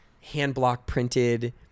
hand-block-printed